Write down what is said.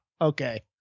okay